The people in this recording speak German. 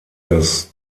das